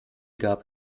gab